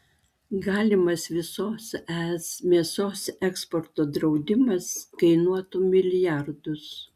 galimas visos es mėsos eksporto draudimas kainuotų milijardus